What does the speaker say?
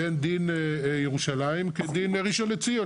ואין דין ירושלים כדין ראשון לציון,